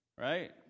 Right